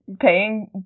Paying